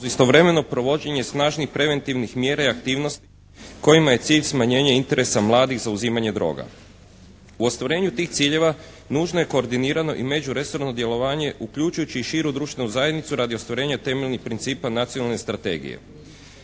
uz istovremeno provođenje snažnih preventivnih mjera i aktivnosti kojima je cilj smanjenje interesa mladih za uzimanje droga. U ostvarenju tih ciljeva nužno je koordinirano i međuresorno djelovanje uključujući i širu društvenu zajednicu radi ostvarenja temeljnih principa nacionalne strategije.